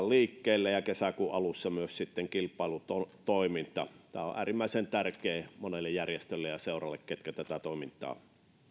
liikkeelle ja kesäkuun alussa myös sitten kilpailutoiminta tämä on äärimmäisen tärkeää monelle järjestölle ja seuralle jotka tätä toimintaa